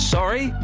Sorry